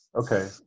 Okay